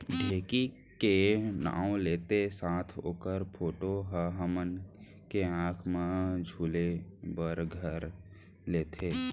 ढेंकी के नाव लेत्ते साथ ओकर फोटो ह हमन के आंखी म झूले बर घर लेथे